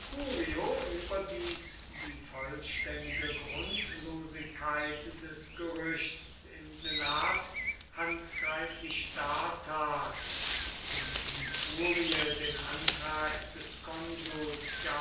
überdies die vollständige grundlosigkeit des gerüchts im senat handgreiflich dartat und die kurie den antrag des konsuls